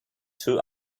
two